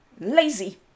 lazy